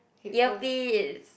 earpiece